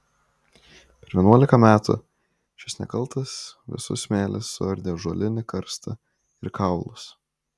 per vienuolika metų šis nekaltas vėsus smėlis suardė ąžuolinį karstą ir kaulus